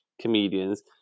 comedians